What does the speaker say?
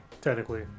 technically